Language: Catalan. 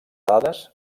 dades